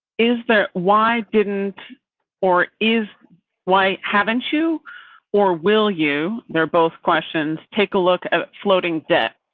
is there why didn't or is why haven't you or will you they're both questions take a look at floating debt.